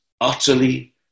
utterly